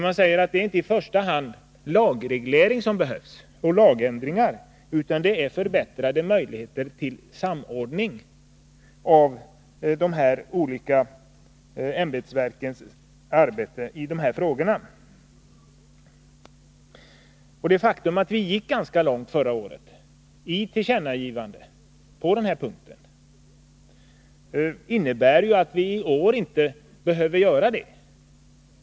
Man säger att det inte i första hand är lagreglering och lagändringar som behövs, utan förbättrade möjligheter till samordning av de olika ämbetsverkens arbete i dessa frågor. Det faktum att vi förra året gick ganska långt i tillkännagivanden på denna punkt innebär att vi år inte behöver göra det.